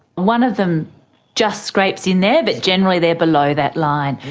one of them just scrapes in there but generally they are below that line.